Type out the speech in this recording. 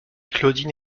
claudine